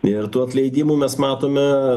ir tų atleidimų mes matome